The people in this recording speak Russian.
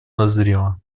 назрела